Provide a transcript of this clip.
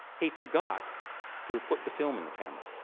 he forgot to put the film in the camera.